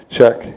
Check